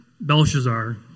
Belshazzar